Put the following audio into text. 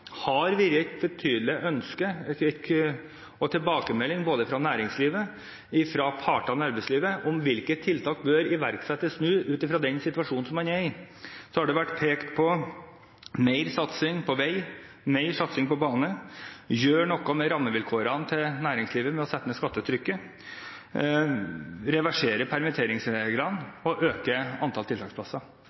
har vært et betydelig ønske – jeg fikk tilbakemelding både fra næringslivet og fra partene i arbeidslivet om hvilke tiltak som bør iverksettes nå ut fra den situasjonen som man er i – har vært mer satsing på vei og bane, å gjøre noe med rammevilkårene til næringslivet ved å sette ned skattetrykket, å reversere permitteringsreglene og å øke antall tiltaksplasser.